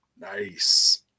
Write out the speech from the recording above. Nice